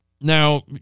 Now